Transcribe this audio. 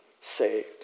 saved